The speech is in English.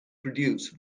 produce